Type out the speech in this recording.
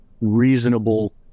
reasonable